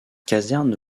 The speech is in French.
caserne